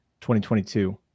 2022